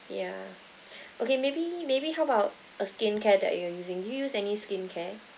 yeah okay maybe maybe how about a skincare that you are using do you use any skincare